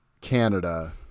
Canada